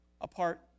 apart